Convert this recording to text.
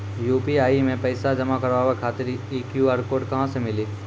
UPI मे पैसा जमा कारवावे खातिर ई क्यू.आर कोड कहां से मिली?